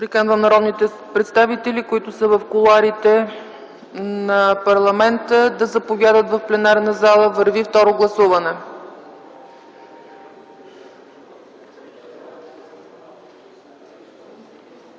Приканвам народните представители, които са в кулоарите на парламента, да заповядат в пленарната зала – върви второ гласуване.